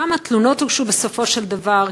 כמה תלונות הוגשו בסופו של דבר?